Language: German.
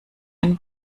ein